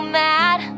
mad